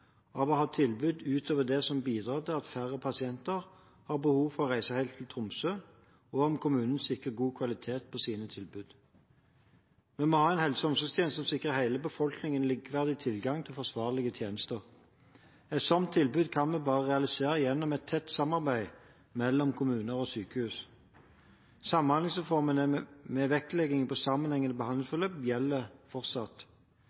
av å ha tilbud utover det som bidrar til at færre pasienter har behov for å reise helt til Tromsø, og om kommunene sikrer god kvalitet på sine tilbud. Vi må ha en helse- og omsorgstjeneste som sikrer hele befolkningen likeverdig tilgang til forsvarlige tjenester. Et slikt tilbud kan vi bare realisere gjennom et tett samarbeid mellom kommuner og sykehus. Samhandlingsreformen med vektlegging på sammenhengende behandlingsforløp gjelder fortsatt.